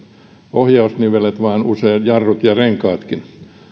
ohjausnivelet vaan usein jarrut ja renkaatkin